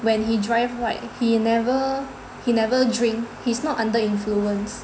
when he drive right he never he never drink he's not under influence